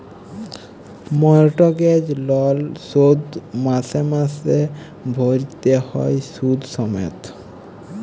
mortgage লল শোধ মাসে মাসে ভ্যইরতে হ্যয় সুদ সমেত